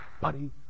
Buddy